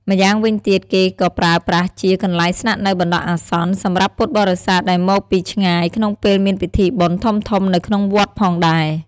ម្យ៉ាងវិញទៀតគេក៏ប្រើប្រាស់ជា កន្លែងស្នាក់នៅបណ្ដោះអាសន្ន សម្រាប់ពុទ្ធបរិស័ទដែលមកពីឆ្ងាយ ក្នុងពេលមានពិធីបុណ្យធំៗនៅក្នុងវត្តផងដែរ។